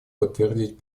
подтвердить